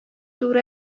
туры